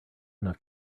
enough